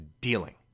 dealing